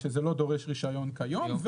לדרוש מהם רישיון,